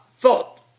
Thought